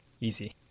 easy